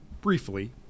briefly